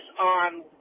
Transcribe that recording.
on